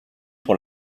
pour